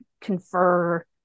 confer